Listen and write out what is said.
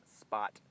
spot